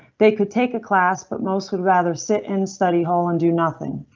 they could take a class, but mostly rather sit in study hall and do nothing.